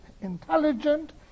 intelligent